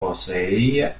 poseía